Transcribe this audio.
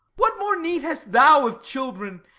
what more need hast thou of children?